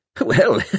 Well